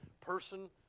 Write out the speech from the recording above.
person